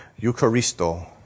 Eucharisto